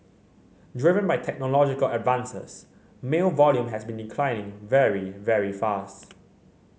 driven by technological advances mail volume has been declining very very fast